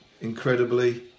incredibly